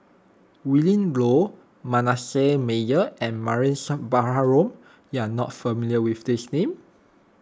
Willin Low Manasseh Meyer and Mariam Baharom you are not familiar with these names